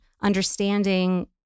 understanding